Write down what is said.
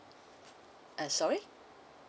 uh sorry